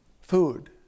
food